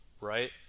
right